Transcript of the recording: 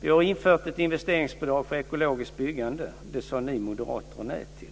Vi har infört ett investeringsbidrag för ekologiskt byggande. Det sade ni moderater nej till.